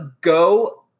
go